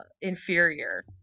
inferior